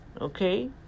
Okay